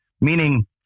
Meaning